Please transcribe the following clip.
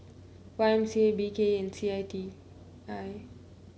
Y M C A B K E and C I T I